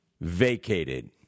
vacated